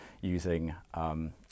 using